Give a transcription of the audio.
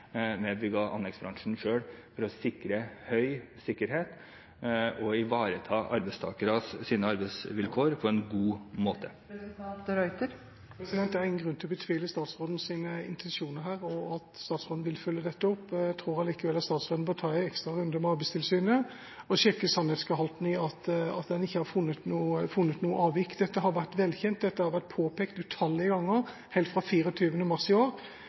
bygg- og anleggsbransjen selv, for å sikre høy sikkerhet og ivareta arbeidstakernes arbeidsvilkår på en god måte. Det er ingen grunn til å betvile statsrådens intensjoner her, og at statsråden vil følge dette opp. Jeg tror allikevel at statsråden bør ta en ekstra runde med Arbeidstilsynet og sjekke sannhetsgehalten i at en ikke har funnet noe avvik. Dette har vært velkjent, dette har vært påpekt utallige ganger helt fra 24. mars i år.